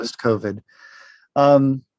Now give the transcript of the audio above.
post-COVID